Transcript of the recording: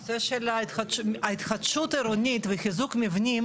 הנושא של ההתחדשות העירונית וחיזוק מבנים,